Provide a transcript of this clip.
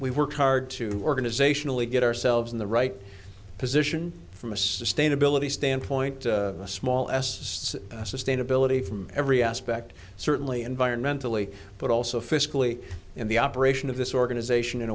we worked hard to organizationally get ourselves in the right position from a sustainability standpoint a small s a sustainability from every aspect certainly environmentally but also fiscally in the operation of this organization in